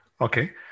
Okay